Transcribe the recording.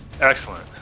Excellent